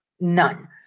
None